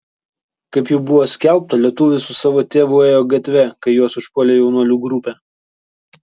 kaip jau buvo skelbta lietuvis su savo tėvu ėjo gatve kai juos užpuolė jaunuolių grupė